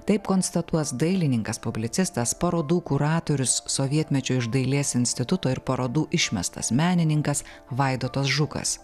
taip konstatuos dailininkas publicistas parodų kuratorius sovietmečio iš dailės instituto ir parodų išmestas menininkas vaidotas žukas